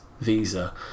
Visa